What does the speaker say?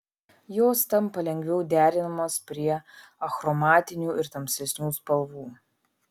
jos tampa lengviau derinamos prie achromatinių ir tamsesnių spalvų